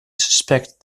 suspect